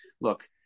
look